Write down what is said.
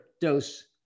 dose